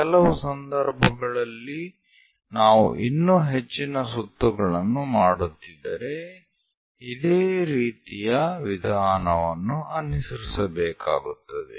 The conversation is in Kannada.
ಕೆಲವು ಸಂದರ್ಭಗಳಲ್ಲಿ ನಾವು ಇನ್ನೂ ಹೆಚ್ಚಿನ ಸುತ್ತುಗಳನ್ನು ಮಾಡುತ್ತಿದ್ದರೆ ಇದೇ ರೀತಿಯ ವಿಧಾನವನ್ನು ಅನುಸರಿಸಬೇಕಾಗುತ್ತದೆ